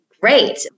great